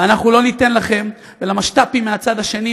ואנחנו לא ניתן לכם ולמשת"פים מהצד השני,